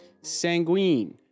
Sanguine